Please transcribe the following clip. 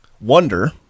wonder